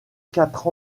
quatre